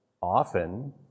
often